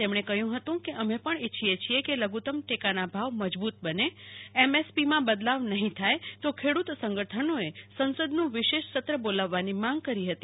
તેમને કહ્યું હતું કે અમે પણ ઈચ્છીએ છીએ કે લધુત્તમ ટેકાના ભાવ મજબુત બને એમ એસ પી માં બદલાવ નહિ થાય તો ખેડૂત સંગઠનોએ સંસદનું વિશેષ સત્ર બોલાવવાની માંગ કરી હતી